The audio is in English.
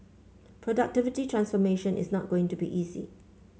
productivity transformation is not going to be easy